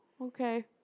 okay